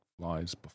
flies